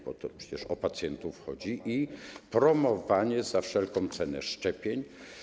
Bo to przecież o pacjentów chodzi i o promowanie za wszelką cenę szczepień.